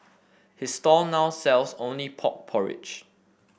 his stall now sells only pork porridge